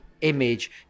image